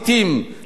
לגזענות,